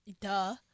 duh